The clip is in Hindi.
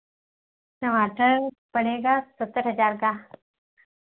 टमाटर पड़ेगा सत्तर हज़ार का